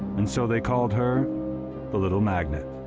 and so they called her the little magnet.